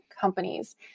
companies